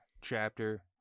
chapter